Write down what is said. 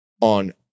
on